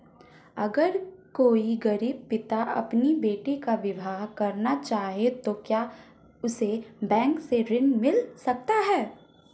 अगर कोई गरीब पिता अपनी बेटी का विवाह करना चाहे तो क्या उसे बैंक से ऋण मिल सकता है?